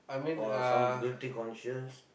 or some guilty conscious